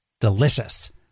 Delicious